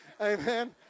Amen